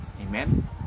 Amen